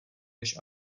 než